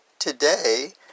today